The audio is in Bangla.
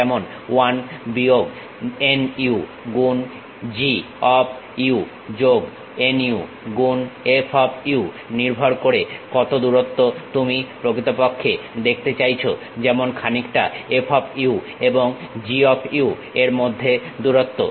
যেমন 1 বিয়োগ nu গুণ G অফ u যোগ nu গুণ F অফ u নির্ভর করে কত দূরত্ব তুমি প্রকৃতপক্ষে দেখতে চাইছো যেমন খানিকটা F অফ u এবং G অফ u এর মধ্যে দূরত্ব